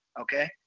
okay